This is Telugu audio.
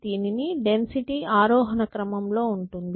దీని డెన్సిటీ ఆరోహణ క్రమం లో ఉంటుంది